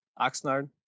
oxnard